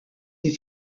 des